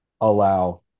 allow